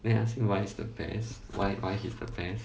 then he ask me why he's the best why why he's the best